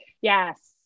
Yes